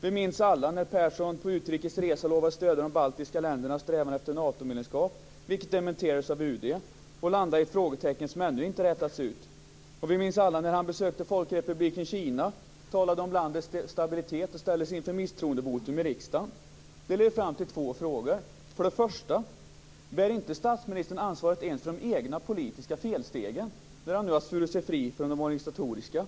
Vi minns alla när Persson på utrikes resa lovade att stödja de baltiska ländernas strävan efter Natomedlemskap, vilket dementerades av UD och landade i ett frågetecken som ännu inte har rätats ut. Vi minns också alla när han besökte Folkrepubliken Kina, där han talade om landets stabilitet och sedan ställdes inför misstroendevotum i riksdagen. Detta leder fram till två frågor. För det första: Bär inte statsministern ansvaret ens för de egna politiska felstegen när han nu har svurit sig fri från de organisatoriska?